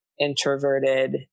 introverted